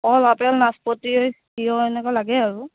কল apple নাচপতি তিয়ঁহ এনেকৈ লাগে আৰু